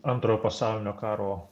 antrojo pasaulinio karo